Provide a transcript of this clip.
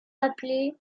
appelés